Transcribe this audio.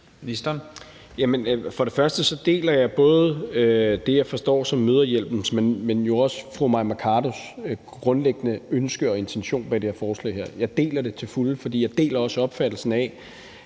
Jeg deler både det, som jeg forstår er Mødrehjælpens, men jo også fru Mai Mercados grundlæggende ønske og intention bag det her forslag. Jeg deler det til fulde, for jeg deler også opfattelsen af,